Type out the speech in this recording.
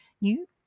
new